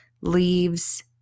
leaves